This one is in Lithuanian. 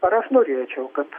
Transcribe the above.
ar aš norėčiau kad